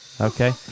Okay